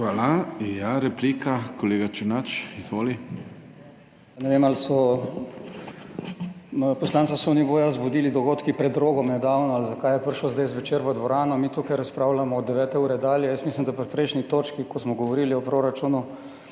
Hvala. Ja, replika, kolega Černač. Izvoli. ZVONKO ČERNAČ (PS SDS): Ne vem, ali so poslanca Soniboja zbudili dogodki pred Rogom nedavno ali zakaj je prišel zdaj zvečer v dvorano, mi tukaj razpravljamo od 9. ure dalje. Jaz mislim, da pri prejšnji točki, ko smo govorili o proračunu